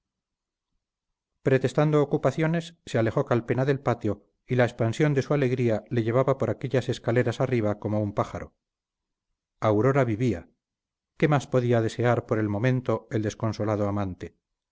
pretextando ocupaciones se alejó calpena del patio y la expansión de su alegría le llevaba por aquellas escaleras arriba como un pájaro aura vivía qué más podía desear por el momento el desconsolado amante